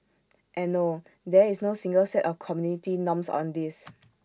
and no there is no single set of community norms on this